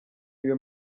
ibi